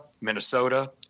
Minnesota